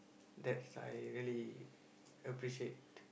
that I really appreciate